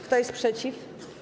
Kto jest przeciw?